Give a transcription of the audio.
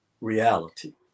reality